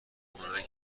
شد، اونایی